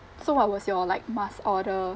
so what was your like must order